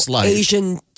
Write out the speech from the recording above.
Asian